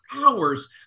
hours